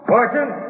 Fortune